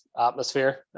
atmosphere